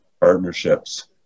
partnerships